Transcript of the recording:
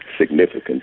significant